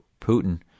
Putin